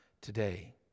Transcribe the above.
today